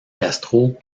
castro